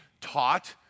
taught